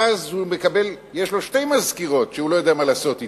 ואז יש לו שתי מזכירות שהוא לא יודע מה לעשות אתן.